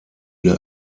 der